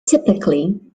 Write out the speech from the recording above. typically